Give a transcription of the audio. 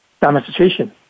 demonstration